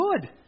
good